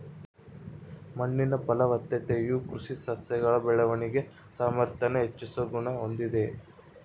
ಮಣ್ಣಿನ ಫಲವತ್ತತೆಯು ಕೃಷಿ ಸಸ್ಯಗಳ ಬೆಳವಣಿಗೆನ ಸಾಮಾರ್ಥ್ಯಾನ ಹೆಚ್ಚಿಸೋ ಗುಣ ಹೊಂದಿದೆ